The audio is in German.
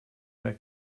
mehr